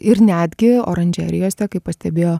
ir netgi oranžerijose kaip pastebėjo